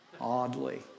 oddly